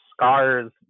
scars